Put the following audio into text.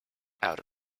out